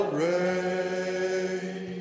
rain